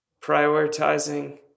prioritizing